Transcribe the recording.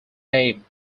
name